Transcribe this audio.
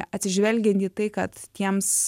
atsižvelgiant į tai kad tiems